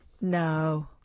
No